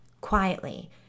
Quietly